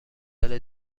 سال